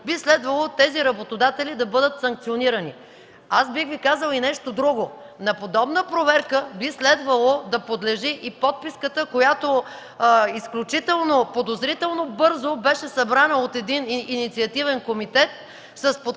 би следвало тези работодатели да бъдат санкционирани. Аз бих Ви казала и нещо друго. На подобна проверка би следвало да подлежи и подписката, която изключително подозрително бързо беше събрана от един инициативен комитет с подкрепата